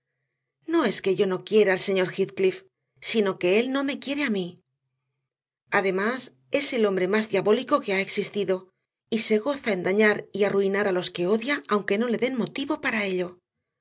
no es que yo no quiera al señor heathcliff sino que él no me quiere a mí además es el hombre más diabólico que ha existido y se goza en dañar y arruinar a los que odia aunque no le den motivo para ello